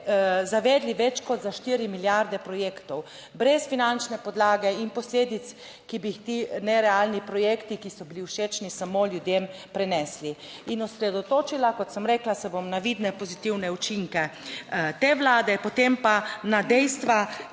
zavedli več kot za štiri milijarde projektov brez finančne podlage in posledic, ki bi jih ti nerealni projekti, ki so bili všečni samo ljudem, prenesli. In osredotočila, kot sem rekla, se bom na vidne pozitivne učinke te Vlade, potem pa na dejstva,